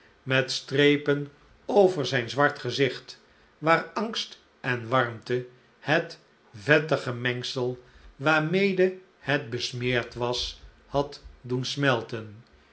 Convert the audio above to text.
met strepen over zijn zwart gezicht waar angst en warmte het vettige mengsel waarmede het besmeerd was had doen smelten